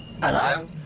Hello